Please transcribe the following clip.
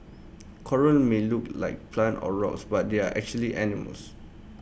corals may look like plants or rocks but they are actually animals